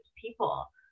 people